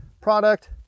product